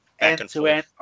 end-to-end